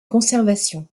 conservation